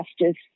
justice